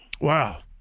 Wow